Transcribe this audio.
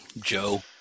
Joe